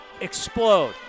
explode